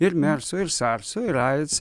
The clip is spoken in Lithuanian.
ir merso ir sarso ir aids